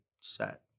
set